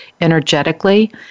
energetically